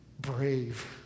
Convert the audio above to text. brave